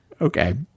Okay